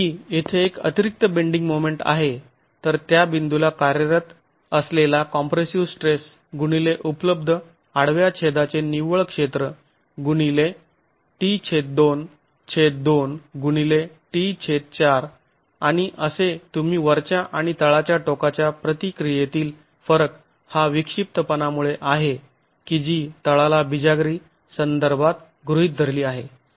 ही येथे एक अतिरिक्त बेंडिंग मोमेंट आहे तर त्या बिंदूला कार्यरत असलेला कॉम्प्रेसिव स्ट्रेस गुणिले उपलब्ध आडव्या छेदाचे निव्वळ क्षेत्र गुणिले t22 गुणिले t4 आणि असे तुम्ही वरच्या आणि तळाच्या टोकाच्या प्रतिक्रियेतील फरक हा विक्षिप्तपणा मुळे आहे की जी तळाला बिजागरी संदर्भात गृहीत धरली आहे